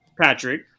Patrick